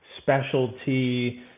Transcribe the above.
specialty